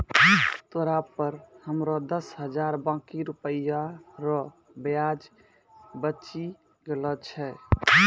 तोरा पर हमरो दस हजार बाकी रुपिया रो ब्याज बचि गेलो छय